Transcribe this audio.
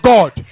God